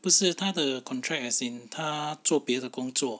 不是他的 contract as in 他做别的工作